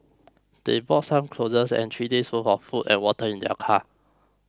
they brought some clothes and three days' worth of food and water in their car